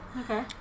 Okay